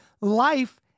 life